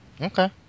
Okay